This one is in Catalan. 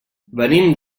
venim